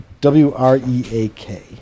W-R-E-A-K